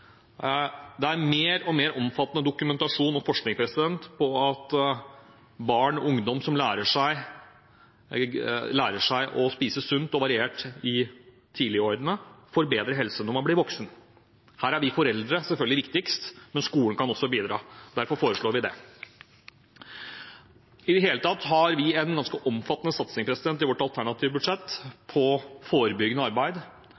Det er mer og mer omfattende dokumentasjon og forskning på at barn og unge som lærer seg å spise sunt og variert tidlig, får bedre helse når de blir voksne. Her er vi foreldre selvfølgelig viktigst, men skolen kan også bidra. Derfor foreslår vi det. I det hele tatt har vi en ganske omfattende satsing i vårt alternative budsjett på forebyggende arbeid,